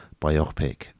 biopic